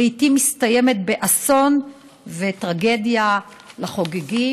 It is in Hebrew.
לעיתים מסתיימת באסון וטרגדיה לחוגגים,